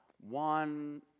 one